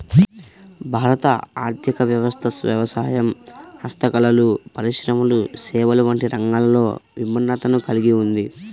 భారత ఆర్ధిక వ్యవస్థ వ్యవసాయం, హస్తకళలు, పరిశ్రమలు, సేవలు వంటి రంగాలతో విభిన్నతను కల్గి ఉంది